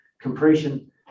compression